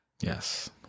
Yes